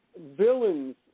villains